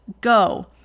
go